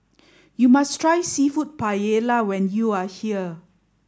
you must try Seafood Paella when you are here